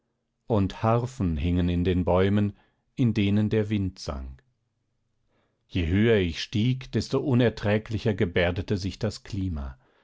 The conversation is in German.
und harfen hingen in den bäumen in denen der wind sang je höher ich stieg desto unerträglicher gebärdete sich das klima